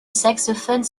saxophone